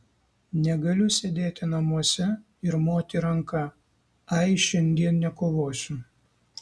negaliu sėdėti namuose ir moti ranka ai šiandien nekovosiu